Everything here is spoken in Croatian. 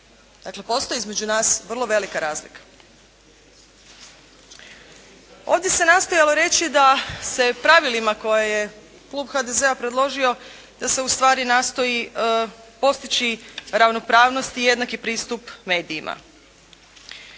Dakle, postoji između nas vrlo velika razlika. Ovdje se nastojalo reći da se pravilima koje je klub HDZ-a predložio, da se ustvari nastoji postići ravnopravnost i jednaki pristup medijima.